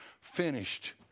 finished